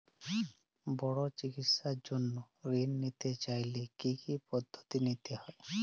বড় চিকিৎসার জন্য ঋণ নিতে চাইলে কী কী পদ্ধতি নিতে হয়?